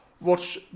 Watch